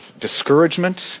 discouragement